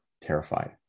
terrified